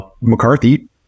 McCarthy